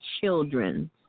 children